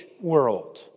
world